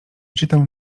czytał